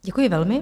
Děkuji velmi.